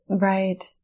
Right